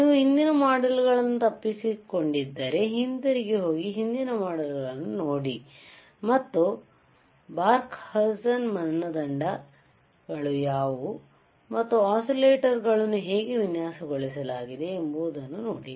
ನೀವು ಹಿಂದಿನ ಮಾಡ್ಯೂಲ್ ಗಳನ್ನು ತಪ್ಪಿಸಿಕೊಂಡಿದ್ದರೆ ಹಿಂತಿರುಗಿ ಹೋಗಿ ಹಿಂದಿನ ಮಾಡ್ಯೂಲ್ ಗಳನ್ನು ನೋಡಿ ಮತ್ತು ಬಾರ್ಕ್ ಹೌಸನ್ ಮಾನದಂಡ ಗಳು ಯಾವುವು ಮತ್ತು ಒಸಿಲೆಟರ್ ಗಳನ್ನು ಹೇಗೆ ವಿನ್ಯಾಸಗೊಳಿಸಲಾಗಿದೆ ಎಂಬುದನ್ನು ನೋಡಿ